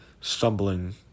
stumbling